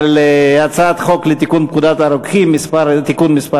על הצעת חוק לתיקון פקודת הרוקחים (מס' 20) (תיקון מס'